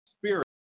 spirit